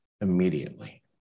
immediately